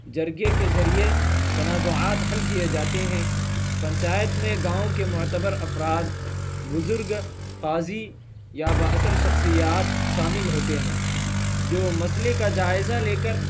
جرگہ کے ذریعے تنازعات حل کیے جاتے ہیں پنچایت میں گاؤں کے معتبر افراد بزرگ قاضی یا بااثر شخصیات شامل ہوتے ہیں جو مسئلے کا جائزہ لے کر